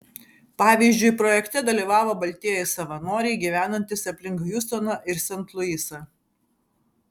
pavyzdžiui projekte dalyvavo baltieji savanoriai gyvenantys aplink hjustoną ir sent luisą